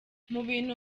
mubintu